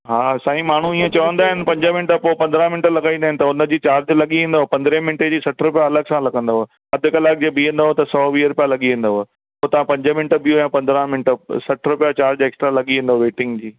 हा साईं माण्हू हीअं चवंदा आहिनि पंज मिंट पोइ पंद्राहं मिंट लॻाईंदा इन त हुन जी चार्ज लॻी वेंदव पंद्रहें मिंट जी सठ रुपिया अलॻि सां लॻंदव अधु कलाक जे बीहंदव त सौ वीह रुपिया लॻी वेंदव उतां पंज मिंट बीहो या पंद्राहं मिंट सठ रुपिया चार्ज एक्स्ट्रा लॻी वेंदव वेंटिंग जी